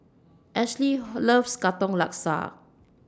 Ashli loves Katong Laksa